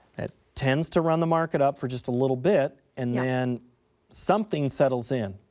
that tends to run the market up for just a little bit and yeah then something settles in.